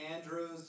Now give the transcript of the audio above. Andrew's